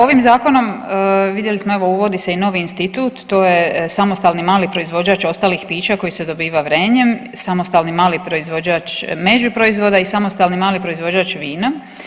Ovim zakonom vidjeli smo evo uvodi se i novi institut to je samostalni mali proizvođač ostalih pića koji se dobiva vrenjem, samostalni mali proizvođač međuproizvoda i samostalni mali proizvođač vina.